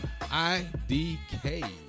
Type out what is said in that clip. IDK